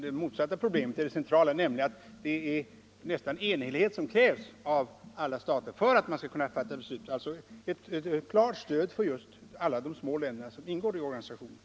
Det motsatta problemet är ju det centrala, nämligen att det krävs nästan absolut enhällighet av alla stater för att man skall kunna fatta beslut, alltså ett klart stöd för alla de små länder som ingår i organisationen.